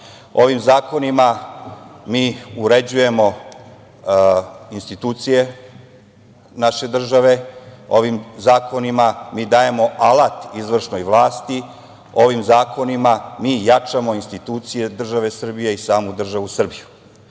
zakonima mi uređujemo institucije naše države, ovim zakonima mi dajemo alat izvršnoj vlasti, ovim zakonima mi jačamo institucije države Srbije i samu državu